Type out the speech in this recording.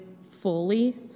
fully